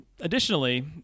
additionally